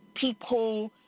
people